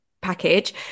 package